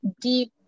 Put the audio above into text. deep